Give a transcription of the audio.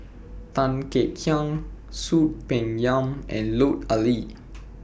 Tan Kek Hiang Soon Peng Yam and Lut Ali